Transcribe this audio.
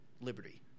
liberty